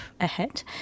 ahead